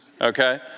okay